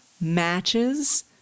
matches